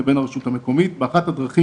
זה בעצם